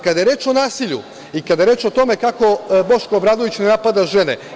Kada je reč o nasilju i kada je reč o tome kako Boško Obradović ne napada žene.